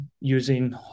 using